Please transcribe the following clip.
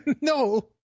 no